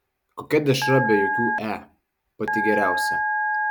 kokia dešra be jokių e pati geriausia